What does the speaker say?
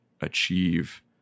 achieve